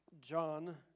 John